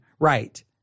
Right